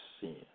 sin